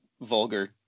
vulgar